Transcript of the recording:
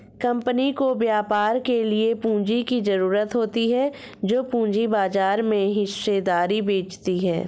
company को व्यापार के लिए पूंजी की ज़रूरत होती है जो पूंजी बाजार में हिस्सेदारी बेचती है